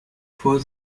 vor